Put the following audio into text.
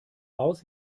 aus